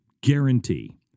Guarantee